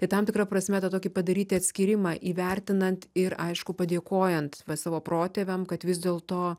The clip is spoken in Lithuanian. tai tam tikra prasme tą tokį padaryti atskyrimą įvertinant ir aišku padėkojant savo protėviam kad vis dėlto